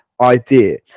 idea